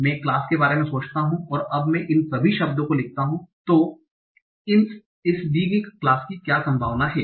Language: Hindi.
मैं क्लास के बारे में सोचता हूं और अब मैं इन सभी शब्दों को लिखता हू तो इस दी गई क्लास की क्या संभावना है